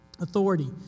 authority